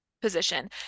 position